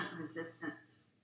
resistance